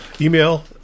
email